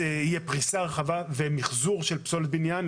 אנחנו מדברים על מחזור של פסולת בניין,